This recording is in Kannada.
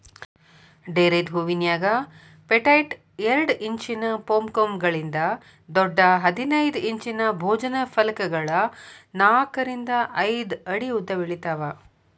ಡೇರೆದ್ ಹೂವಿನ್ಯಾಗ ಪೆಟೈಟ್ ಎರಡ್ ಇಂಚಿನ ಪೊಂಪೊಮ್ಗಳಿಂದ ದೊಡ್ಡ ಹದಿನೈದ್ ಇಂಚಿನ ಭೋಜನ ಫಲಕಗಳ ನಾಕರಿಂದ ಐದ್ ಅಡಿ ಉದ್ದಬೆಳಿತಾವ